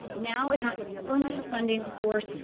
now it has a permanent funding source.